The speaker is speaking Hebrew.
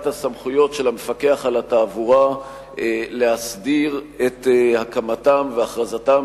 הסמכויות של המפקח על התעבורה להסדיר את הקמתם והכרזתם